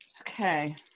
Okay